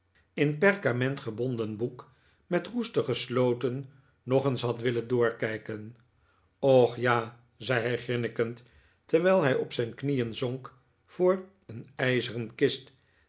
in perkament gebonden boek met roestige sloten nog eens had willen doorkijken och ja zei hij grinnikend terwijl hij op zijn knieen zonk voor een ijzeren kist